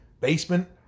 basement